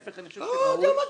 אני חושב שלהיפך, זה ראוי.